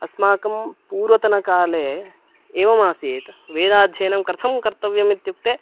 अस्माकं पूर्वतनकाले एवमासीत् वेदाध्ययनं कथं कर्तव्यम् इत्युक्ते